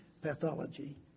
pathology